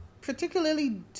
particularly